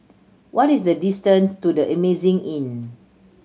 what is the distance to The Amazing Inn